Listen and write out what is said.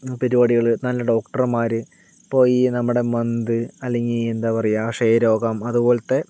പരിപാടികൾ നല്ല ഡോക്ടർമാർ ഇപ്പൊൾ ഈ നമ്മുടെ മന്ത് അല്ലെങ്കിൽ എന്താ പറയുക ക്ഷയരോഗം അതുപോലത്തെ